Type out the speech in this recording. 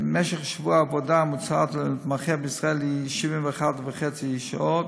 משך שבוע העבודה הממוצע למתמחה בישראל הוא 71.5 שעות.